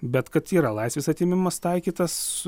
bet kad yra laisvės atėmimas taikytas